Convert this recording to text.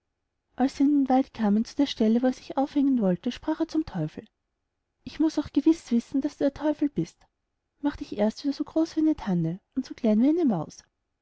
den wald kamen zu der stelle wo er sich aufhängen wollte sprach er zum teufel ich muß auch gewiß wissen daß du der teufel bist mach dich erst wieder so groß wie eine tanne und so klein wie eine maus